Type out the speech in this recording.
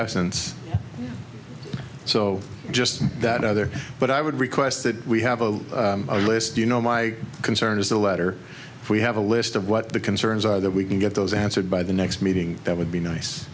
essence so just that either but i would request that we have a list you know my concern is the letter if we have a list of what the concerns are that we can get those answered by the next meeting that would be nice